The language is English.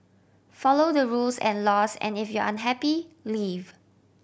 follow the rules and laws and if you're unhappy leave